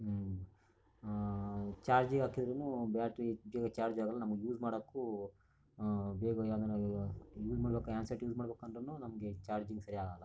ಚಾರ್ಜಿಗೆ ಹಾಕಿದ್ರೂ ಬ್ಯಾಟ್ರಿ ಹೆಚ್ಚು ಚಾರ್ಜ್ ಆಗಲ್ಲ ನಮಗೆ ಯೂಸ್ ಮಾಡೋಕು ಬೇಗನೆ ಯೂಸ್ ಮಾಡೋಕು ಹ್ಯಾಂಡ್ ಸೆಟ್ ಯೂಸ್ ಮಾಡಬೇಕೆಂದ್ರೂ ಚಾರ್ಜಿಂಗ್ ಸರಿಯಾಗಿ ಆಗಲ್ಲ